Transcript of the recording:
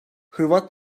hırvat